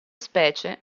specie